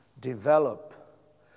Develop